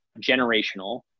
generational